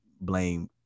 blame